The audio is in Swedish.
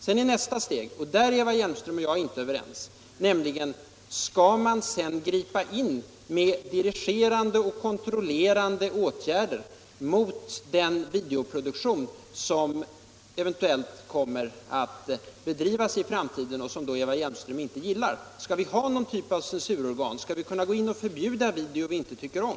I nästa steg — och där är Eva Hjelmström och jag inte överens — gäller frågan: Skall man sedan bryta in med dirigerande och kontrollerande åtgärder mot den videoproduktion som eventuellt kommer att bedrivas i framtiden och som då t.ex. Eva Hjelmström inte gillar? Skall vi ha någon typ av censurorgan? Skall vi kunna gå in och förbjuda video som vi inte tycker om?